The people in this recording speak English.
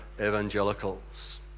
evangelicals